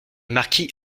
marquis